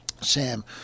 Sam